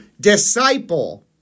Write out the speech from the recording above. disciple